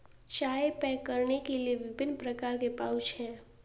चाय पैक करने के लिए विभिन्न प्रकार के पाउच हैं